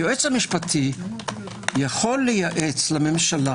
היועץ המשפטי יכול לייעץ לממשלה